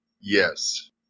Yes